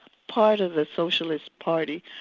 part of the socialist party,